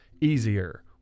easier